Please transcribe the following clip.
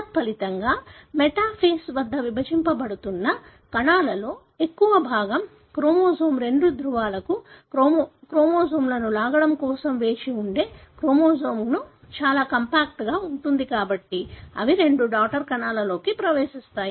తత్ఫలితంగా మెటాఫేస్ వద్ద విభజించబడుతున్న కణాలలో ఎక్కువ భాగం క్రోమోజోమ్ రెండు ధ్రువాలకు క్రోమోజోమ్లను లాగడం కోసం వేచి ఉండే క్రోమోజోమ్ చాలా కాంపాక్ట్గా ఉంటుంది కాబట్టి అవి రెండు డాటర్ కణాలలోకి ప్రవేశిస్తాయి